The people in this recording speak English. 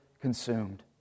consumed